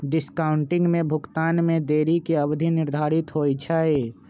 discounting में भुगतान में देरी के अवधि निर्धारित होइ छइ